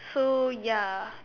so ya